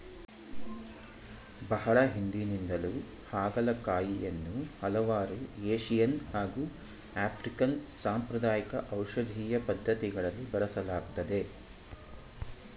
ಬಹಳ ಹಿಂದಿನಿಂದಲೂ ಹಾಗಲಕಾಯಿಯನ್ನು ಹಲವಾರು ಏಶಿಯನ್ ಹಾಗು ಆಫ್ರಿಕನ್ ಸಾಂಪ್ರದಾಯಿಕ ಔಷಧೀಯ ಪದ್ಧತಿಗಳಲ್ಲಿ ಬಳಸಲಾಗ್ತದೆ